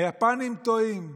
היפנים טועים?